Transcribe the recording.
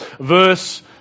Verse